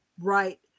Right